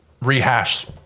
rehash